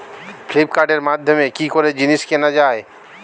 ফ্লিপকার্টের মাধ্যমে কি করে জিনিস কেনা যায়?